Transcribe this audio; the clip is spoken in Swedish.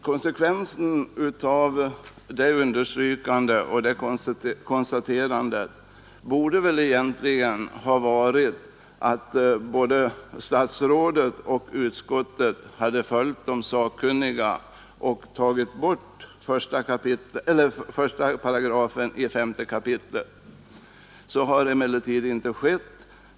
Konsekvensen av det understrykandet och konstaterandet borde väl egentligen ha varit att både statsrådet och utskottet hade följt de sakkunniga och tagit bort 18 i 5 kap. Så har emellertid inte skett.